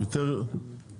הוא נותן שקיפות.